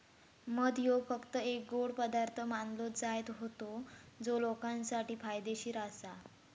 मध ह्यो फक्त एक गोड पदार्थ मानलो जायत होतो जो लोकांसाठी फायदेशीर आसा